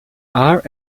are